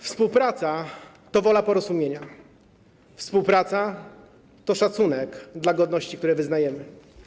Współpraca to wola porozumienia, współpraca to szacunek dla godności, dla wartości, które wyznajemy.